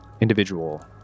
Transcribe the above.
individual